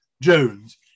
Jones